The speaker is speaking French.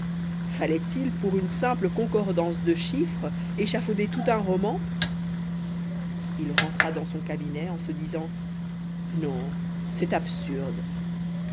fallait-il pour une simple concordance de chiffres échafauder tout un roman il rentra dans son cabinet en se disant non c'est absurde